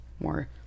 more